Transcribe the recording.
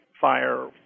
fire